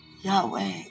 Yahweh